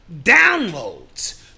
downloads